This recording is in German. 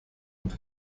und